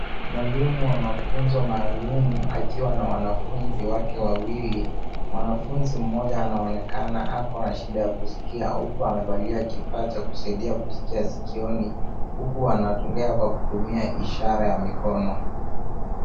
Mwalimu wa mafunzo maalum akiwa na wanafunzi wake wawili. Mwanafunzi mmoja anaonekana ako na shida ya kusikia huku amevalia kifaa cha kusaidia kusikia sikioni huku anaongea kwa kutumia ishara ya mikono.